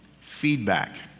feedback